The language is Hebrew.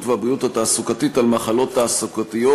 והבריאות התעסוקתית על מחלות תעסוקתיות,